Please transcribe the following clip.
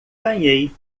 ganhei